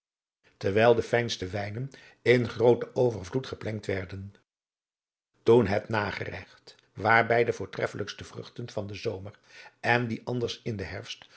terwijl de fijnste wijnen in grooten overvloed geplengd werden toen het nageregt waarbij de voortreffelijkste vruchten van den zomer en die anders in den herfst